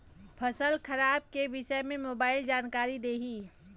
फसल खराब के विषय में मोबाइल जानकारी देही